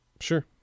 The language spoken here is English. Sure